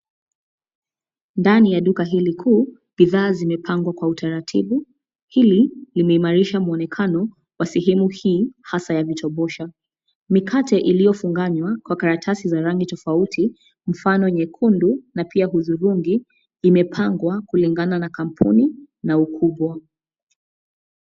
Ndani ya duka hili kuu, bidhaa zimepangwa kwa utaratibu, hili, limeimarisha mwonekano, wa sehemu hii, hasaa ya vitobosha, mikate iliyofunganywa kwa karatasi za rangi tofauti, mfano nyekundu na pia hudhurungi, imepangwa kulingana na kampuni, na ukubwa.